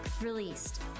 Released